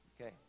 Okay